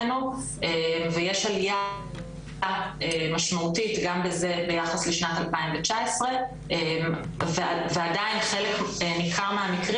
ויש עלייה משמעותית גם בזה ביחס לשנת 2019 ועדיין חלק ניכר מהמקרים